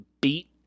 beat